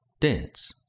dance